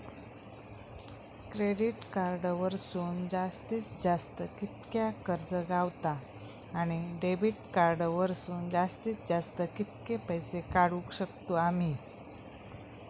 Credit card वरसून जास्तीत जास्त कितक्या कर्ज गावता, आणि डेबिट कार्ड वरसून जास्तीत जास्त कितके पैसे काढुक शकतू आम्ही?